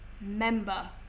member